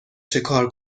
چکار